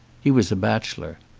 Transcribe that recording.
he was a bachelor.